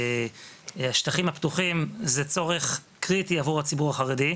שהשטחים הפתוחים זה צורך קריטי עבור הציבור החרדי.